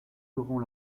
laurent